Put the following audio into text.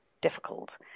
difficult